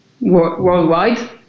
worldwide